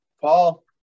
Paul